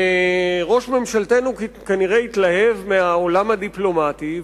ראש ממשלתנו כנראה התלהב מהעולם הדיפלומטי,